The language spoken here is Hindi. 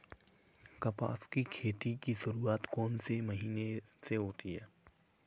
कपास की खेती की शुरुआत कौन से महीने से होती है?